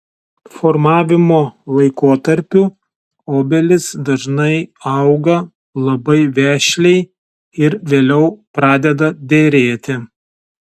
formavimo laikotarpiu obelys dažnai auga labai vešliai ir vėliau pradeda derėti